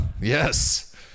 Yes